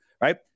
right